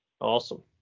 Awesome